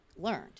learned